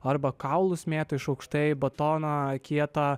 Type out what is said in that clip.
arba kaulus mėto iš aukštai batoną kietą